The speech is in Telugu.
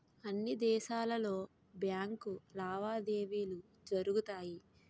అన్ని దేశాలలో బ్యాంకు లావాదేవీలు జరుగుతాయి